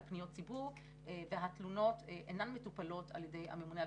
פניות ציבור והתלונות אינן מטופלות על ידי הממונה על